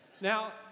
Now